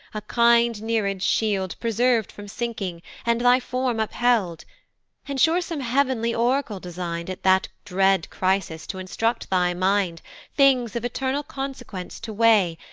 a kind nereid's shield preserv'd from sinking, and thy form upheld and sure some heav'nly oracle design'd at that dread crisis to instruct thy mind things of eternal consequence to weigh,